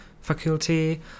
faculty